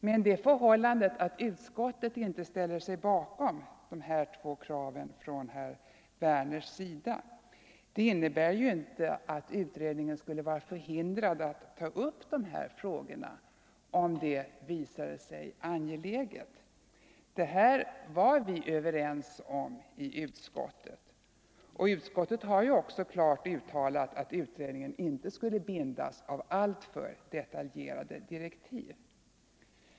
Men det förhållandet att utskottet inte ställer sig bakom dessa två krav från herr Werners sida innebär inte att utredningen skulle vara förhindrad att ta upp dessa frågor om det visade sig angeläget. Detta var vi överens om i utskottet, och utskottet har också klart uttalat att utredningen inte skulle bindas av alltför detaljerade direktiv.